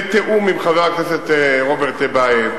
בתיאום עם חבר הכנסת רוברט טיבייב,